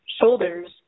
shoulders